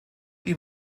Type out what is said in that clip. die